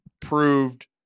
proved